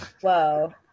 Whoa